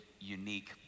unique